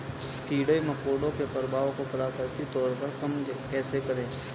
कीड़े मकोड़ों के प्रभाव को प्राकृतिक तौर पर कम कैसे करें?